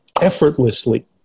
effortlessly